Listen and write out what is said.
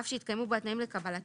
אף שהתקיימו בו התנאים לקבלתה,